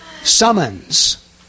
summons